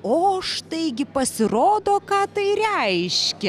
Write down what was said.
o štai gi pasirodo ką tai reiškia